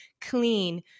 clean